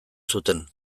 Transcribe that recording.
zuten